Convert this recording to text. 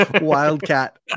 wildcat